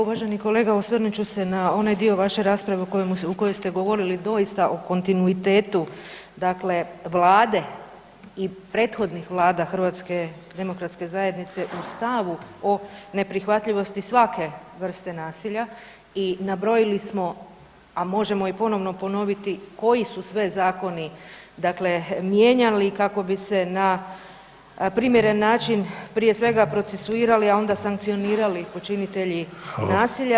Uvaženi kolega osvrnut će se na onaj dio vaše rasprave u kojoj ste govorili doista o kontinuitetu dakle Vlade i prethodnih vlada HDZ-a u stavu o neprihvatljivosti svake vrste nasilja i nabrojili smo, a možemo i ponovno ponoviti koji su sve zakoni dakle mijenjali kako bi se na primjeren način prije svega procesuirali, a onda sankcionirali počinitelji nasilja.